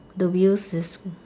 the wheels is